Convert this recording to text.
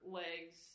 legs